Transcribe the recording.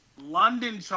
London